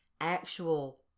actual